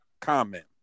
comment